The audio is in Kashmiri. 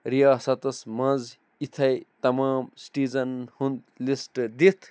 رِیاسَتَس منٛز یِتھٔے تمام سِٹیٖزَنَن ہُنٛد لِسٹ دِتھ